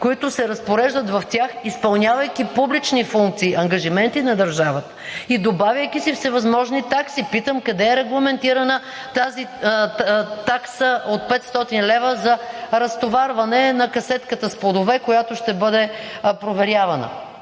които се разпореждат в тях, изпълнявайки публични функции – ангажименти на държавата, добавяйки си всевъзможни такси. Питам: къде е регламентирана тази такса от 500 лв. за разтоварване на касетката с плодове, която ще бъде проверявана?